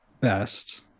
best